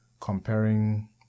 Comparing